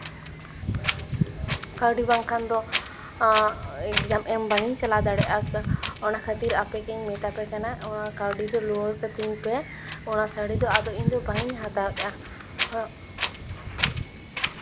ᱠᱟᱹᱣᱰᱤ ᱵᱟᱝᱠᱷᱟᱱ ᱫᱚ ᱮᱠᱡᱟᱢ ᱮᱢ ᱵᱟᱝᱤᱧ ᱪᱟᱞᱟᱣ ᱫᱟᱲᱮᱭᱟᱜᱼᱟ ᱚᱱᱟ ᱠᱷᱟᱹᱛᱤᱨ ᱟᱯᱮᱜᱤᱧ ᱢᱮᱛᱟᱯᱮ ᱠᱟᱱᱟ ᱚᱱᱟ ᱠᱟᱹᱣᱰᱤ ᱫᱚ ᱞᱩᱣᱟᱹᱲ ᱠᱟᱹᱛᱤᱧ ᱯᱮ ᱚᱱᱟ ᱥᱟᱹᱲᱤ ᱫᱚ ᱟᱫᱚ ᱤᱧ ᱫᱚ ᱵᱟᱝᱤᱧ ᱦᱟᱛᱟᱣᱮᱫᱼᱟ